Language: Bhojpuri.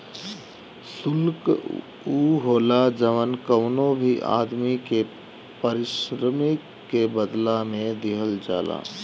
शुल्क उ होला जवन कवनो भी आदमी के पारिश्रमिक के बदला में दिहल जाला